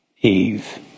Eve